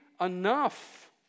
enough